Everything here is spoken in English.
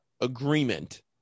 agreement